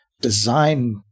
design